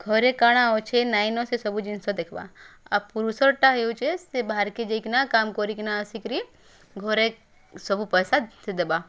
ଘରେ କାଣା ଅଛି ନାଇଁନ ସେ ସବୁ ଜିନଷ୍ ଦେଖିବା ଆ ପୁରୁଷଟା ହଉଛେ ସେ ବାହାର୍କେ ଯାଇକିନା କାମ କରିକିନା ଆସିକିରି ଘରେ ସବୁ ପଇସା ସିଏ ଦେବା